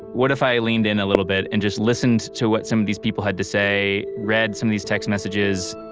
what if i leaned in a little bit and just listened to what some of these people had to say, read some of these text messages,